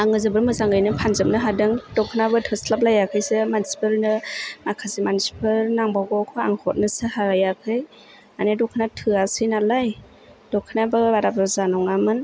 आङो जोबोद मोजाङैनो फानजोबनो हादों दख'नायाबो थोस्लाब लायाखैसो मानसिफोरनो माखासे मानसिफोर नांबावगौखौ आं हरनोसो हायाखै मानि दख'ना थोयासै नालाय दख'नायाबो बारा बुरजा नङामोन